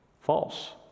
false